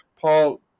Paul